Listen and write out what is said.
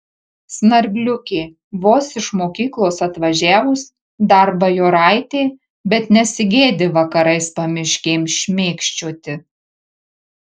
snargliukė vos iš mokyklos atvažiavus dar bajoraitė bet nesigėdi vakarais pamiškėm šmėkščioti